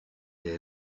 est